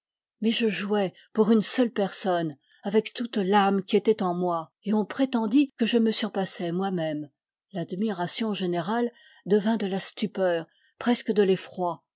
mais je jouais pour une seule personne avec toute l'âme qui était en moi et on prétendit que je me surpassais moi-même l'admiration générale devint de la stupeur presque de l'effroi